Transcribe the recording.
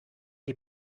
die